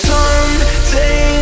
Someday